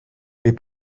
mais